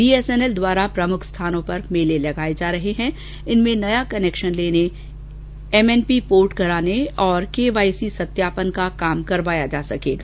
BSNL द्वारा प्रमुख स्थानों पर मेले लगाए जा रहे हैं इनमें नया कनेक्शन लेने एमएनपी पोर्ट कराने और इेकेवाईसी सत्यापन का काम करवाया जा सकेगा